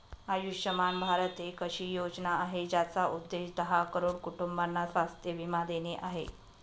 आयुष्यमान भारत एक अशी योजना आहे, ज्याचा उद्देश दहा करोड कुटुंबांना स्वास्थ्य बीमा देणे आहे